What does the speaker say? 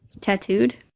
Tattooed